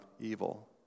evil